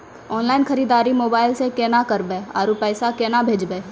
Online खरीददारी mobile से केना करबै, आरु पैसा केना भेजबै?